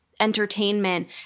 entertainment